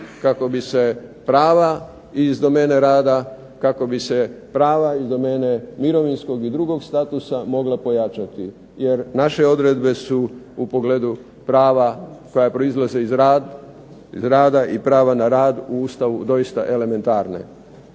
kako bi se prava iz domene rada, kako bi se prava iz domene mirovinskog i drugog statusa mogle pojačati, jer naše odredbe su u pogledu prava koja proizlaze iz rada i prava na rad u Ustavu doista elementarne.